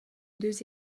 deux